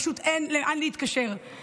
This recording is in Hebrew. פשוט אין לאן להתקשר,